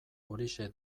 horixe